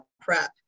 prep